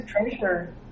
Treasure